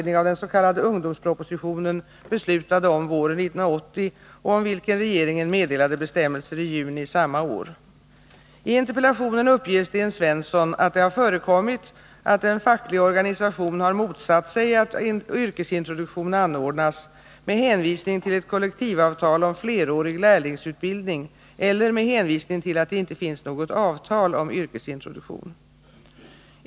I interpellationen uppger Sten Svensson att det har förekommit att en facklig organisation har motsatt sig att yrkesintroduktion anordnas med hänvisning till ett kollektivavtal om flerårig lärlingsutbildning eller med hänvisning till att det inte finns något avtal om yrkesintroduktion.